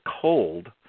cold